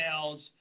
sales